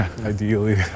Ideally